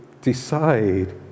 decide